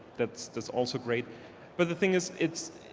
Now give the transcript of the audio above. that's that's also great but the thing is it's,